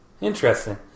Interesting